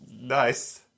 nice